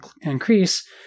increase